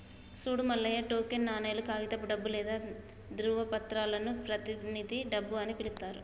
సూడు మల్లయ్య టోకెన్ నాణేలు, కాగితపు డబ్బు లేదా ధ్రువపత్రాలను ప్రతినిధి డబ్బు అని పిలుత్తారు